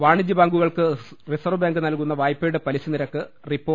വാണിജ്യ ബാങ്കുകൾക്ക് reserve bank നൽകുന്ന വായ്പയുടെ പലിശ നിരക്ക് റിപ്പോ